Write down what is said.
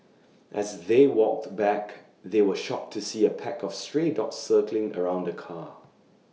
as they walked back they were shocked to see A pack of stray dogs circling around the car